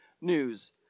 news